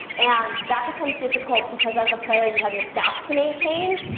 and that becomes difficult because as a player, you have your stats to maintain.